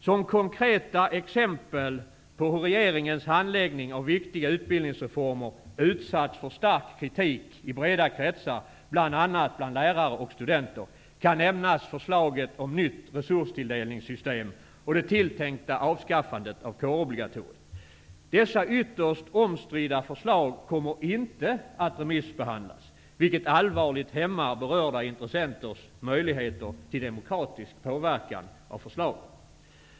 Som konkreta exempel på hur regeringens handläggning av viktiga utbildningsreformer har utsatts för stark kritik i breda kretsar, bl.a. av lärare och studenter, kan nämnas förslaget om ett nytt resurstilldelningssystem och det tilltänkta avskaffandet av kårobligatoriet. Dessa ytterst omstridda förslag kommer inte att remissbehandlas, vilket allvarligt hämmar berörda intressenters möjligheter till demokratisk påverkan av förslagen.